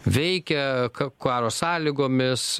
veikia ka karo sąlygomis